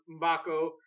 Mbako